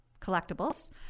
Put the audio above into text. collectibles